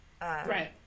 right